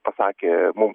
pasakė mums